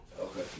Okay